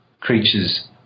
creatures